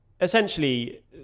essentially